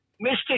Mystic